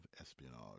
espionage